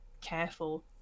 careful